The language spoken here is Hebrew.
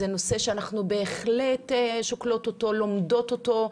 זה נושא שאנחנו בהחלט שוקלות אותו, לומדות אותו.